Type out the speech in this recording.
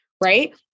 right